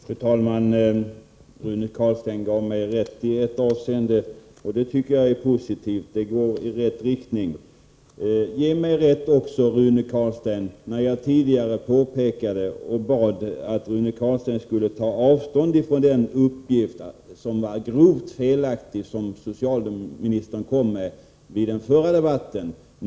Fru talman! Rune Carlstein gav mig rätt i ett avseende. Det tycker jag är positivt; det går i rätt riktning. Ge mig rätt, Rune Carlstein, också i ett annat avseende, nämligen i mitt tidigare påpekande och då jag bad att Rune Carlstein skulle ta avstånd från en grovt felaktig uppgift som socialministern lämnade i förra debatten.